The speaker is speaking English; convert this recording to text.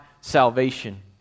salvation